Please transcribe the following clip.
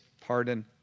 pardon